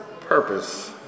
purpose